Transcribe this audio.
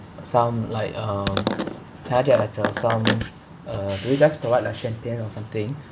some like um can I get like a some uh do you guys provide like champagne or something